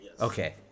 Okay